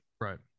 right